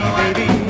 baby